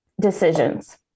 decisions